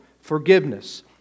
forgiveness